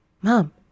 mom